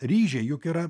ryžiai juk yra